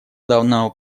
данного